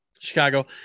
chicago